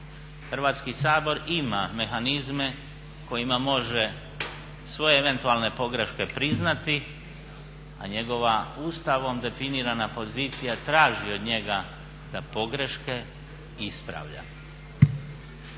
Hrvatski sabor ima mehanizme kojima može svoje eventualne pogreške priznati a njegova Ustavom definirana pozicija traži od njega da pogreške ispravlja.